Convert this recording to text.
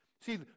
See